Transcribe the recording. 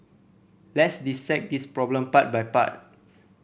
let's dissect this problem part by part